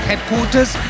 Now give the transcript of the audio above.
headquarters